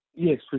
Yes